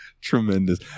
tremendous